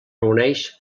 reuneix